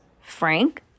Frank